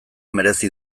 merezi